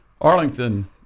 Arlington